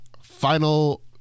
Final